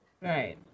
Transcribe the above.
Right